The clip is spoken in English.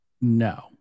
No